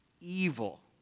evil